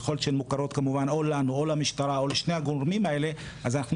ככל שהן מוכרות כמובן או לנו או למשטרה או לשני הגורמים האלה אז אנחנו